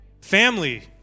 Family